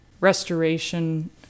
restoration